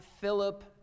Philip